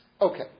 Okay